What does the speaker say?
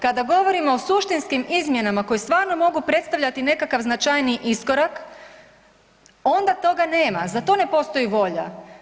Kada govorimo o suštinskim izmjenama koje stvarno mogu predstavljati nekakav značajniji iskorak onda toga nema, za to ne postoji volja.